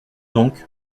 donc